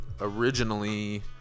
originally